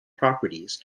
properties